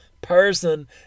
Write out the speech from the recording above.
person